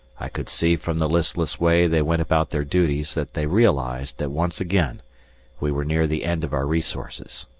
i could see from the listless way they went about their duties that they realized that once again we were near the end of our resources.